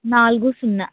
నాలుగు సున్నా